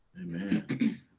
Amen